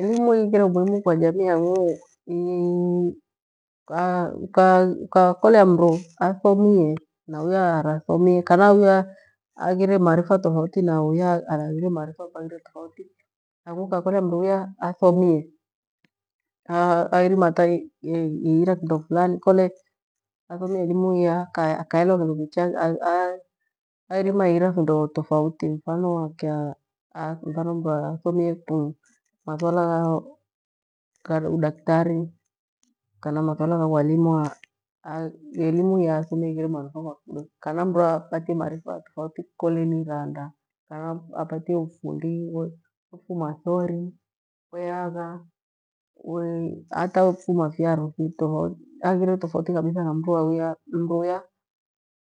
Elimu ighire umuhimu kwa jamii yangu, inyi ukakakolea mru athomie na uya urathomire kana uya aghire maarifa tofauti na uya aghire vaure maarifa tofauti hang'u ukakolea. Mru uya uthomie aiarima hataishira kindo frani kole athomire elimu iya akaelewa, kindo kicha aiarima ihira fundo tofauti. Mfano akya mfano mnu uthomie mathuala gha udakitari kana mathuala gha ualimu, elimu iyo athomie ighie manufaa kuakwe kana mru apatie maarifa tofauti kole ni iranda kana apatie ufundi wa fuma thori weagha we hata we fuma fyaru, fi tofauti aghire tofauti kabitha na mru uya